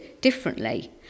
differently